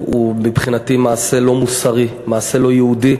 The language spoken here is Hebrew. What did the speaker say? הוא מבחינתי מעשה לא מוסרי, מעשה לא יהודי.